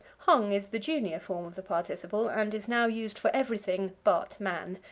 hung is the junior form of the participle, and is now used for everything but man.